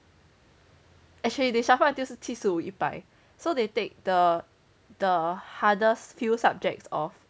actually they shuffle until 是七十五一百 so they take the the hardest few subjects of